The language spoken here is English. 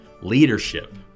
leadership